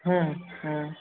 हूँ हूँ